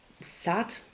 sad